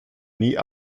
nie